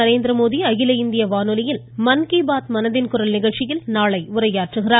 நரேந்திரமோடி அகில இந்திய வானொலியில் மன் கி பாத் மனதின் குரல் நிகழ்ச்சியில் நாளை உரையாற்றுகிறார்